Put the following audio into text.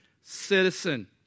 citizen